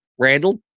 Randall